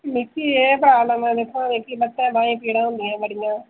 मिकी एह् साल होआ ऐ कि लत्तें बाहें च पीड़ां होदिंयां बडिंयां